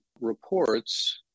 reports